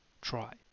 Try